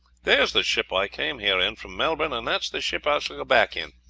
there's the ship i came here in from melbourne, and that's the ship i shall go back in,